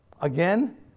Again